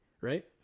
right